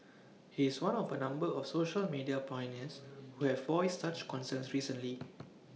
he is one of A number of social media pioneers who have voiced such concerns recently